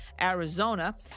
Arizona